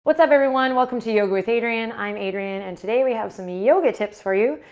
what's up everyone? welcome to yoga with adriene. i'm adriene and today we have some yoga tips for you.